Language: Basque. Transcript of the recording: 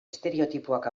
estereotipoak